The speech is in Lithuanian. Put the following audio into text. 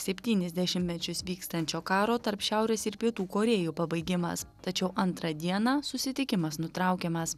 septynis dešimtmečius vykstančio karo tarp šiaurės ir pietų korėjų pabaigimas tačiau antrą dieną susitikimas nutraukiamas